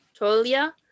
Tolia